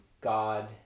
God